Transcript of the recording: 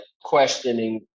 questioning